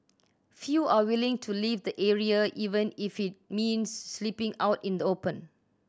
few are willing to leave the area even if it means sleeping out in the open